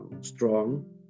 strong